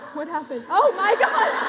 what happened? oh my gosh,